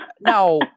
Now